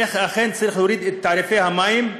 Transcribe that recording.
איך אכן צריך להוריד את תעריפי המים,